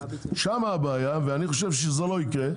שם הבעיה ואני חושב שזה לא יקרה.